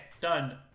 done